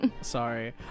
sorry